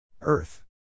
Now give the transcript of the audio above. Earth